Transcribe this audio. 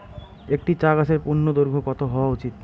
একটি চা গাছের পূর্ণদৈর্ঘ্য কত হওয়া উচিৎ?